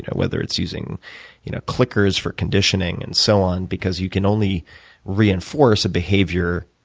whether it's using you know clickers for conditioning and so on, because you can only reinforce a behavior